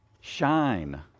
shine